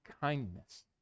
kindness